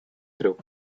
through